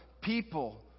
people